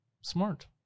smart